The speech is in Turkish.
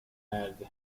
erdi